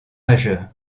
majeur